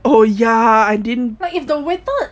like if the waiter